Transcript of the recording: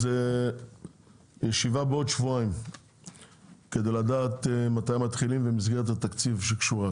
אז ישיבה בעוד שבועיים כדי לדעת מתי מתחילים במסגרת התקציב שקשורה.